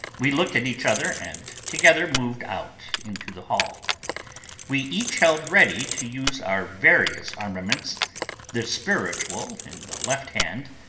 we looked at each other, and together moved out into the hall we each held ready to use our various armaments the spiritual in the left hand,